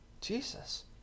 Jesus